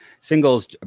Singles